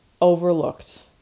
overlooked